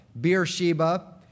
Beersheba